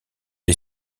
est